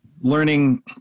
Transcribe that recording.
learning